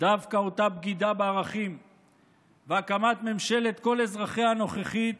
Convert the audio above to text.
דווקא אותה בגידה בערכים והקמת ממשלת כל אזרחיה הנוכחית